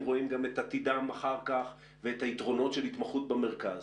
רואים גם את עתידם אחר כך ואת היתרונות של התמחות במרכז,